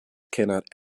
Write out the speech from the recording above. cannot